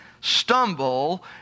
stumble